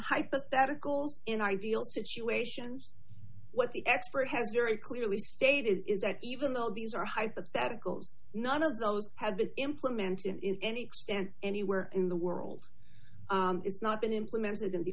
hypotheticals in ideal situations what the expert has very clearly stated is that even though these are hypotheticals none of those have been implemented in any extent anywhere in the world it's not been implemented in the